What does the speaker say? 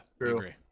agree